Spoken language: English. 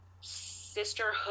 sisterhood